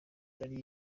dosiye